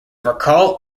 recall